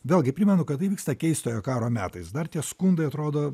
vėlgi primenu kad tai vyksta keistojo karo metais dar tie skundai atrodo